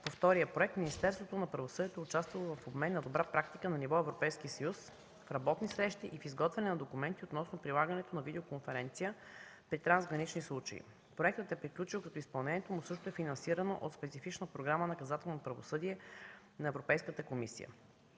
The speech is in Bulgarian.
по втория проект Министерството на правосъдието е участвало в обмен на добра практика на ниво Европейския съюз в работни срещи и в изготвяне на документи относно прилагането на видеоконференция при трансгранични случаи. Проектът е приключил, като изпълнението му също е финансирано от специфична Програма „Наказателно правосъдие” на Европейската комисия.